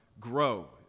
grow